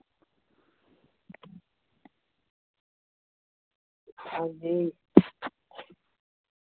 हां जी